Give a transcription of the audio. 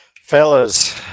fellas